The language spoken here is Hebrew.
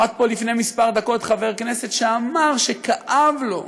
עמד פה לפני כמה דקות חבר כנסת שאמר שכאב לו,